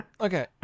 okay